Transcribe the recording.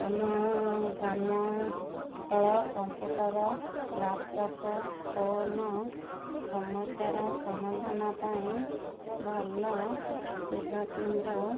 ଆମ ଗ୍ରାମାଞ୍ଚଳ computer laptop phone ସମସ୍ୟାର ସମାଧାନ ପାଇଁ ଭଲ ସେବା କେନ୍ଦ୍ର